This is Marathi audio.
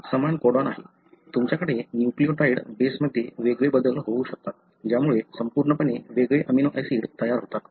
हे समान कोडॉन आहे तुमच्याकडे न्यूक्लियोटाइड बेसमध्ये वेगळे बदल होऊ शकतात ज्यामुळे संपूर्णपणे वेगळे अमीनो ऍसिड तयार होतात